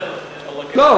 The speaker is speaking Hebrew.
לא,